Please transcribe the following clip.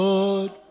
Lord